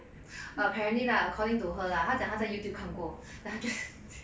apparently lah according to her lah 她讲她在 youtube 看过